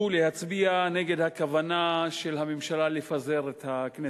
להצביע נגד הכוונה של הממשלה לפזר את הכנסת,